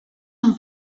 són